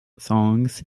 songs